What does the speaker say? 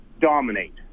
dominate